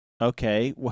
Okay